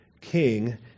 king